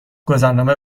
گذرنامه